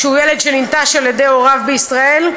שהוא ילד שננטש על-ידי הוריו בישראל,